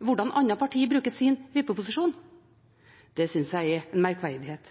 hvordan andre partier bruker sin vippeposisjon. Det synes jeg er en merkverdighet.